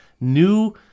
new